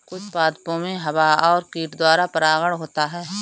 कुछ पादपो मे हवा और कीट द्वारा परागण होता है